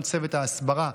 גם צוות ההסברה,